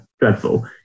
dreadful